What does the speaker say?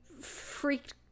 freaked